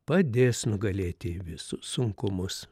padės nugalėti visus sunkumus